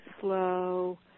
slow